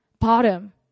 bottom